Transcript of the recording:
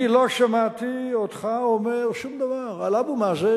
אני לא שמעתי אותך אומר שום דבר על אבו מאזן,